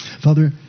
Father